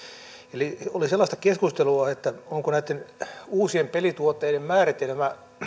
eli oli sellaista keskustelua että onko näitten uusien pelituotteiden määritelmä